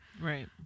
Right